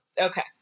Okay